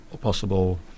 possible